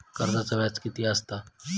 कर्जाचा व्याज कीती असता?